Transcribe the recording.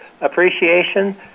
appreciation